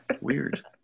Weird